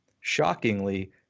shockingly